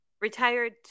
retired